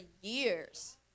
years